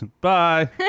Bye